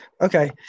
Okay